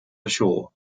ashore